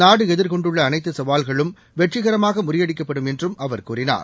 நாடு எதிர்கொண்டுள்ள அனைத்து சவால்களும் வெற்றிகரமாக முறியடிக்கப்படும் என்றும் அவர் கூறினார்